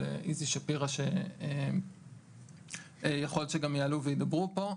איזי שפירא שיכול להיות שגם יעלו וידברו פה,